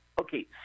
Okay